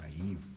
naive